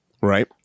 Right